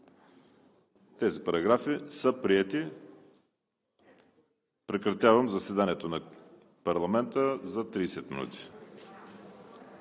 Тези параграфи са приети. Прекратявам заседанието на парламента за 30 минути.